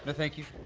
ah thank you